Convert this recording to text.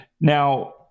Now